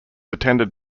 attended